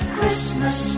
Christmas